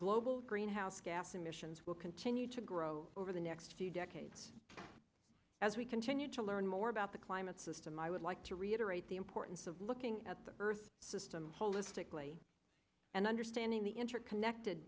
global greenhouse gas emissions will continue to grow over the next few decades as we continue to learn more about the climate system i would like to reiterate the importance of looking at the earth system holistically and understanding the interconnected